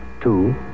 Two